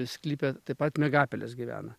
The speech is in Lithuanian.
sklype taip pat miegapelės gyvena